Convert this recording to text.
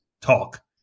talk